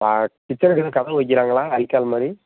sir கிச்சன்னுக்குனு கதவு வைக்கிறாங்களா அரிக்காத மாதிரி